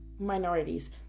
minorities